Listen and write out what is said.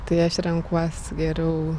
tai aš renkuos geriau